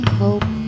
hope